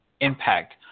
impact